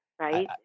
Right